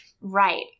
Right